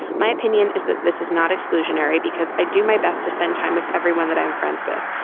my opinion is that this is not exclusionary because i do my best to spend time with everyone that i am friends with.